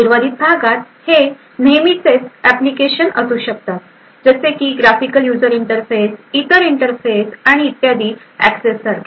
उर्वरित भागात हे नेहमीचे ऍप्लिकेशन असू शकतात जसे की ग्राफिकल यूजर इंटरफेस इतर इंटरफेस आणि इत्यादी एक्सेस सारखे